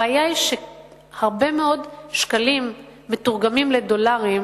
הבעיה היא שהרבה מאוד שקלים מתורגמים לדולרים,